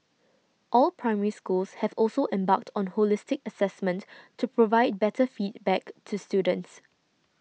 all Primary Schools have also embarked on holistic assessment to provide better feedback to students